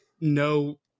no